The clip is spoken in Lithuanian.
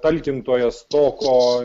talkintojas to ko